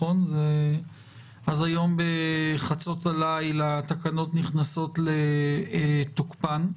אז היום בחצות הליל התקנות נכנסות לתוקפן.